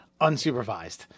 unsupervised